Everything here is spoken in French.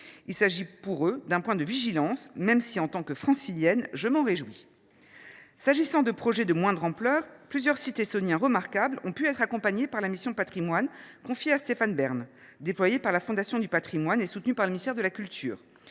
Il s’agit pour elles d’un point de vigilance ; pour ma part, en tant que Francilienne, je m’en réjouis… S’agissant de projets de moindre ampleur, plusieurs sites essonniens remarquables ont pu être accompagnés par la mission Patrimoine confiée à Stéphane Bern, déployée par la Fondation du patrimoine et soutenue par les services du ministre de la culture